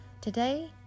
today